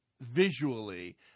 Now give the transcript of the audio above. visually